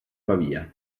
pavia